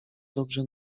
dobrze